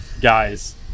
guys